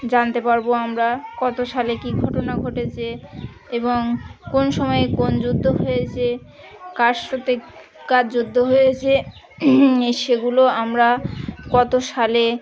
জানতে পারবো আমরা কত সালে কী ঘটনা ঘটেছে এবং কোন সময়ে কোন যুদ্ধ হয়েছে কার সাথে কার যুদ্ধ হয়েছে এই সেগুলো আমরা কত সালে